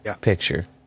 picture